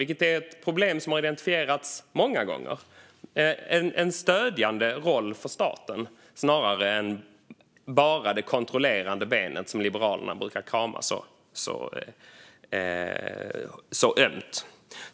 Det är ett problem som har identifierats många gånger, det vill säga en stödjande roll för staten snarare än bara det kontrollerande benet - som Liberalerna brukar krama så ömt.